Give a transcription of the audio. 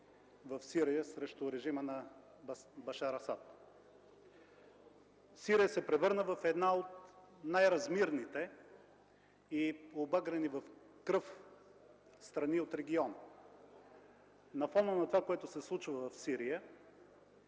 в Сирия срещу режима на Башар Асад. Сирия се превърна в една от най-размирните и обагрени в кръв страни от региона. На фона на това, което се случва в Сирия,